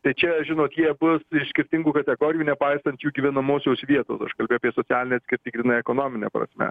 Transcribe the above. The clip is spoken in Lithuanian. tai čia žinot jie abu iš skirtingų kategorijų nepaisant jų gyvenamosios vietos aš kalbu apie socialinę atskirtį grynai ekonomine prasme